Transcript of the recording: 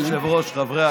ואל תפגעו בטרוריסטים,